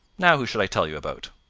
now, who shall i tell you about?